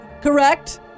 correct